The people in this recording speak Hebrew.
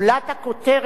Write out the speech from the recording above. של שמירה